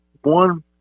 one